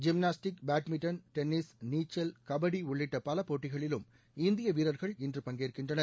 gymnastic badminton tennis நீச்சல் கபடி உள்ளிட்ட பல போட்டிகளிலும் இந்திய வீரர்கள் இன்று பங்கேற்கின்றனர்